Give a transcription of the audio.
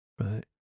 right